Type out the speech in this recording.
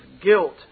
guilt